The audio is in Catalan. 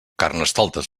carnestoltes